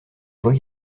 vois